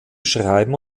schreiben